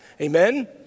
amen